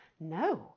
no